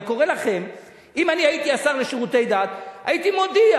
אם הייתי השר לשירותי דת הייתי מודיע